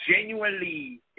genuinely